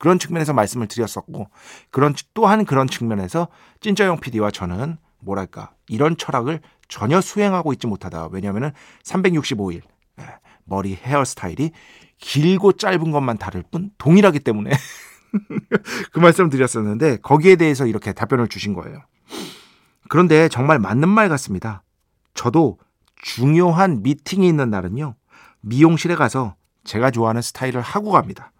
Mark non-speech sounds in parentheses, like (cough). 그런 측면에서 말씀을 드렸었고, 그런 측- 또한 그런 측면에서 찐짜형 PD와 저는 뭐랄까, 이런 철학을 전혀 수행하고 있지 못하다. 왜냐면은 365일, 예, 머리 헤어스타일이 길고 짧은 것만 다를 뿐 동일하기 때문에 (laughs) 그 말씀을 드렸었는데 거기에 대해서 이렇게 답변을 주신 거예요. 그런데 정말 맞는 말 같습니다. 저도 중요한 미팅이 있는 날은요, 미용실에 가서 제가 좋아하는 스타일을 하고 갑니다.